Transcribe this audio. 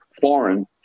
foreign